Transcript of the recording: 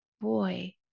boy